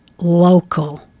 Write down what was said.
local